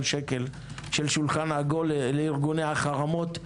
שקל של שולחן עגול לארגוני החרמות,